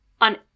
on